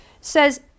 says